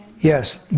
Yes